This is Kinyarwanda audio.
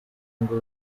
ngo